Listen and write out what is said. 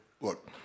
look